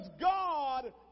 God